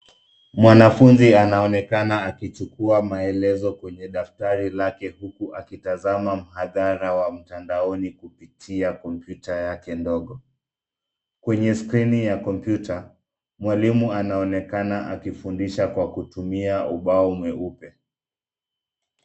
Mwanafunzi anaonekana akichukua maelezo kwenye daftari lake huku akitazama mhadhara wa mtandaoni kupitia kompyuta yake ndogo. Kwenye skrini ya kompyuta, mwalimu anaonekana akifundisha kwa kutumia ubao mweupe.